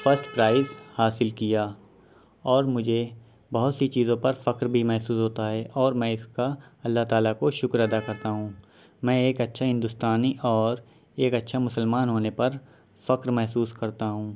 first prize حاصل کیا اور مجھے بہت سی چیزوں پر فخر بھی محسوس ہوتا ہے اور میں اس کا اللہ تعالیٰ کو شکر ادا کرتا ہوں میں ایک اچھا ہندوستانی اور ایک اچھا مسلمان ہونے پر فخر محسوس کرتا ہوں